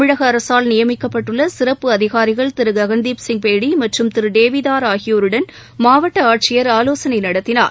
தமிழக அரசால் நியமிக்கப்பட்டுள்ள சிறப்பு அதிகாரிகள் திரு ககன்தீப் சிங் பேடி மற்றும் திரு டேவிதார் ஆகியோருடன் மாவட்டி ஆட்சியர் ஆலோசனை நடத்தினார்